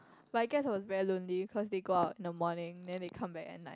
but I guess I was very lonely cause they go out in the morning then they come back at night